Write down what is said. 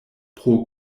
pro